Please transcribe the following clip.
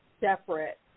separate